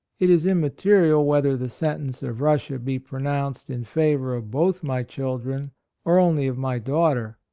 it is immaterial whether the sen tence of russia be pronounced in favor of both my children or only of my daughter.